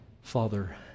Father